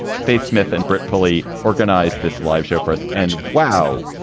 faith smith and brett pulley organized this live show for us. and wow,